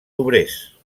obrers